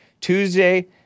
Tuesday